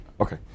Okay